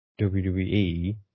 WWE